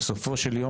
בסופו של דבר,